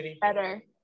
better